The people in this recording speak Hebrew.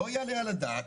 לא יעלה על הדעת